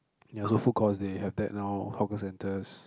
ya so food courts they have that now and hawker centres